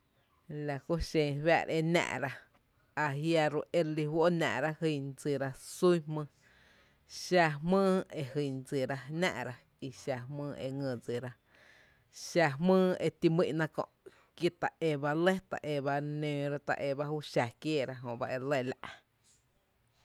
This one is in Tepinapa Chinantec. La kú xen re fáá’ra e náá’ra, ajia’ ro e re lí fó’ e náá’ra jyn dsira sún jmýý, xa jmýý e jyn dsira náá’ra, i xa jmýý ngý dsira, xá jmýý e ti’n mý’ná kö’ kí ta é ba lɇ ta é ba re nǿǿ rá, ta éba júú xa kiééra, jö ba e lɇ la’.